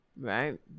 right